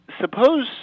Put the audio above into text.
suppose